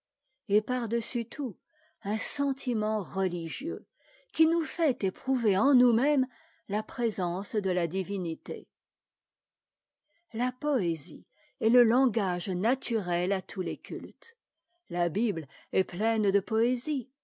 et par-dessus tout un sentiment religieux qui nous fait éprouver en nous-mêmes la présence de la divinité la poésie est le langage naturel à tous les cultes la bible est pleine de poésie